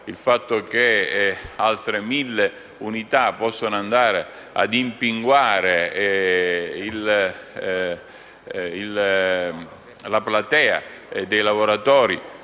il fatto che altre 1.000 unità possano andare a rimpinguare la platea dei lavoratori